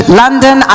london